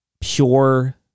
pure